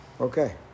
Okay